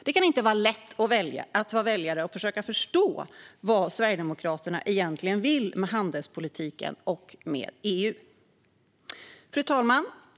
Det kan inte vara lätt att som väljare förstå vad Sverigedemokraterna egentligen vill med handelspolitiken och med EU. Fru talman!